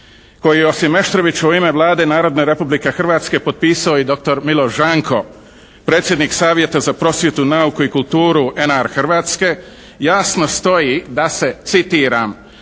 koji je osim Meštrovića u ime Vlade Narodne Republike Hrvatske potpisao i doktor Miloš Žanko predsjednik Savjeta za prosvjetu, nauku i kulturu NR Hrvatske jasno stoji da se, citiram,